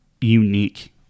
unique